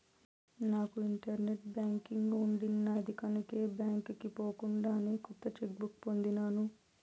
నాకు internet banking ఉండిన్నాది కనుకే బాంకీకి పోకుండానే కొత్త చెక్ బుక్ పొందినాను